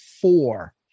four